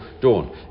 dawn